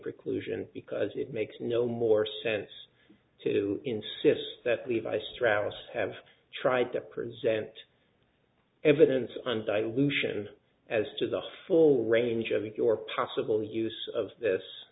preclusion because it makes no more sense to insist that levi strauss have tried to present evidence on dilution as to the full range of your possible use of this